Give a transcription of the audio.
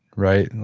right? and